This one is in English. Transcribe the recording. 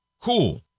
Cool